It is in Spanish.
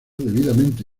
debidamente